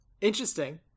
Interesting